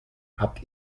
habt